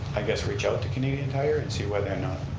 i guess, reach out to canadian tire and see whether or not